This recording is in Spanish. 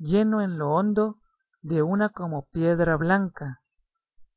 lleno en lo hondo de una como piedra blanca